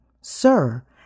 Sir